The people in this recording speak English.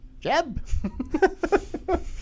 Jeb